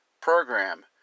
program